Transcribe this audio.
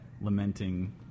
lamenting